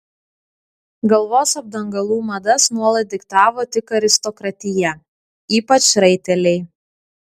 galvos apdangalų madas nuolat diktavo tik aristokratija ypač raiteliai